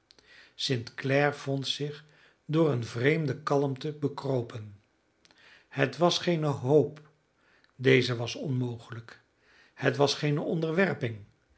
st clare vond zich door een vreemde kalmte bekropen het was geene hoop deze was onmogelijk het was geene onderwerping